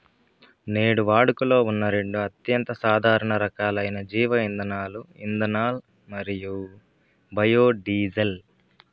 నేడు వాడుకలో ఉన్న రెండు అత్యంత సాధారణ రకాలైన జీవ ఇంధనాలు ఇథనాల్ మరియు బయోడీజిల్